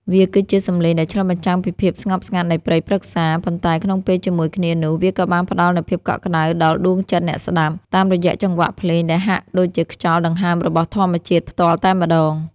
វាគឺជាសម្លេងដែលឆ្លុះបញ្ចាំងពីភាពស្ងប់ស្ងាត់នៃព្រៃព្រឹក្សា ប៉ុន្តែក្នុងពេលជាមួយគ្នានោះ វាក៏បានផ្តល់នូវភាពកក់ក្តៅដល់ដួងចិត្តអ្នកស្តាប់ តាមរយៈចង្វាក់ភ្លេងដែលហាក់ដូចជាខ្យល់ដង្ហើមរបស់ធម្មជាតិផ្ទាល់តែម្តង។